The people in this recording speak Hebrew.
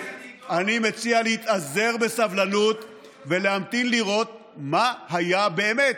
אני מציע להתאזר בסבלנות ולהמתין לראות מה היה באמת,